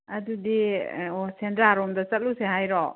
ꯑꯗꯨꯗꯤ ꯑꯦ ꯑꯣ ꯁꯦꯟꯗ꯭ꯔꯥ ꯔꯣꯝꯗ ꯆꯠꯂꯨꯁꯦ ꯍꯥꯏꯔꯣ